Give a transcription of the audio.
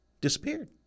disappeared